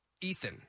Ethan